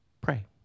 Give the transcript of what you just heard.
pray